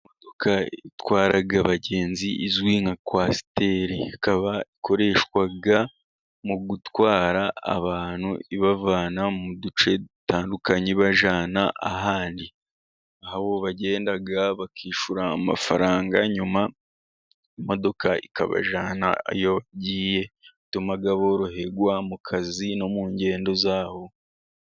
Imodoka itwara abagenzi izwi nka kwasiteri, ikaba ikoreshwa mu gutwara abantu ibavana mu duce dutandukanye ibajyana ahandi. Aho bagenda bakishyura amafaranga, nyuma imodoka ikabajyana iyo bagiye. Ituma boroherwa mu kazi no mu ngendo zabo.